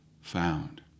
found